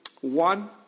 one